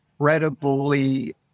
incredibly